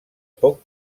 poc